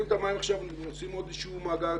עושים עוד איזשהו מאגר,